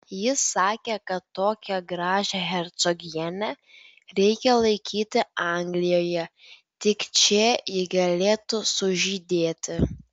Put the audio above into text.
jis sakė kad tokią gražią hercogienę reikia laikyti anglijoje tik čia ji galėtų sužydėti